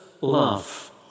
love